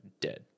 dead